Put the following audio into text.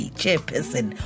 chairperson